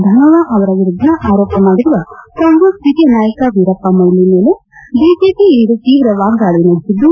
ಧನೋವಾ ಅವರ ವಿರುದ್ಧ ಆರೋಪ ಮಾಡಿರುವ ಕಾಂಗ್ರೆಸ್ ಹಿರಿಯ ನಾಯಕ ವೀರಪ್ಪ ಮೊಯಿಲಿ ಮೇಲೆ ಬಿಜೆಪಿ ಇಂದು ತೀವ್ರ ವಾಗ್ನಾಳ ನಡೆಸಿದ್ದು